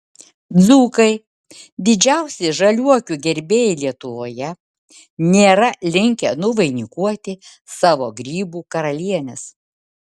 dzūkai didžiausi žaliuokių gerbėjai lietuvoje nėra linkę nuvainikuoti savo grybų karalienės